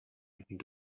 anything